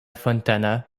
fontana